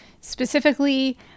specifically